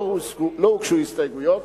לא הוגשו הסתייגויות,